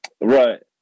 right